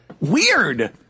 Weird